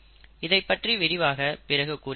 இதை பற்றி விரிவாக பிறகு கூறுகிறேன்